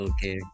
Okay